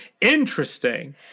Interesting